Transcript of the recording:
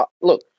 Look